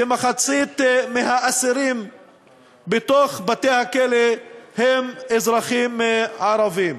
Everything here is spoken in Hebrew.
כמחצית מהאסירים בתוך בתי-הכלא הם אזרחים ערבים.